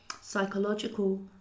psychological